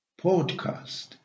podcast